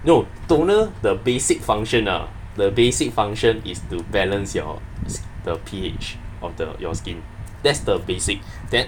no toner the basic function ah the basic function is to balance your the P_H of the your skin that's the basic then